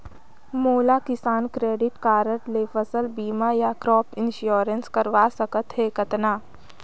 मोला किसान credit card ले फसल बीमा या क्रॉप इंश्योरेंस करवा सकथ हे कतना?